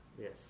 Yes